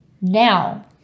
Now